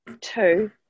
two